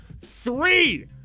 three